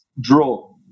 draw